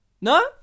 No